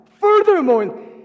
furthermore